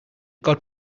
god